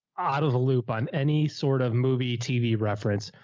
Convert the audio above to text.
out of the loop on any sort of movie tv reference.